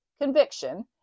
conviction